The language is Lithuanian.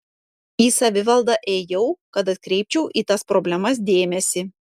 į savivaldą ėjau kad atkreipčiau į tas problemas dėmesį